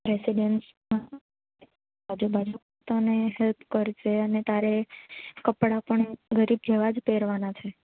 રેસીડેન્સમાં આજુ બાજુ ભક્તોને હેલ્પ કરજે અને તારે કપડાં પણ ગરીબ જેવા જ પહેરવાના છે